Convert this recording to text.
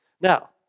Now